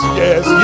yes